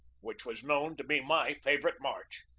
which was known to be my favorite march.